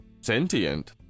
sentient